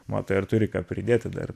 matai ar turi ką pridėti dar